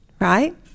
Right